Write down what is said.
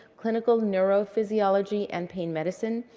clinical neurophysiology, and pain medicine.